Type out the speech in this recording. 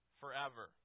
forever